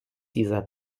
dieser